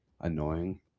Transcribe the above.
annoying